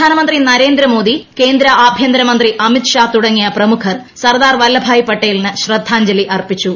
പ്രധാനമന്ത്രി നരേന്ദ്ര മോദി കേന്ദ്ര ആഭ്യന്തര മന്ത്രി ്അമിത് ഷാ തുടങ്ങി പ്രമുഖർ സർദാർ വല്ലഭായ് പട്ടേലിന് ശ്രദ്ധാഞ്ജലി അർപ്പിച്ചു